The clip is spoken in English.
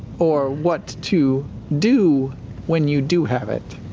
or what to do when you do have it?